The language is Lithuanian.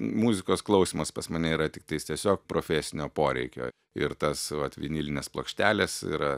muzikos klausymas pas mane yra tiktais tiesiog profesinio poreikio ir tas vat vinilinės plokštelės yra